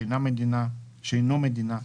שאינו מדינה,